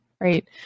right